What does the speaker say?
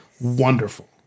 wonderful